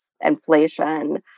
inflation